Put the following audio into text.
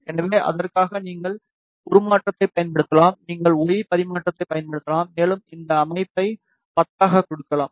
எனவே அதற்காக நீங்கள் உருமாற்றத்தைப் பயன்படுத்தலாம் நீங்கள் ஒய் பரிமாற்றத்தைப் பயன்படுத்தலாம் மேலும் இந்த மதிப்பை 10 ஆகக் கொடுக்கலாம்